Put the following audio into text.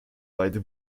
beide